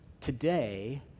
today